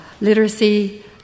literacy